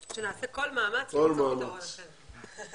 שנעשה כל מאמץ למצוא פתרון אחר.